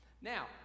Now